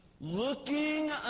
Looking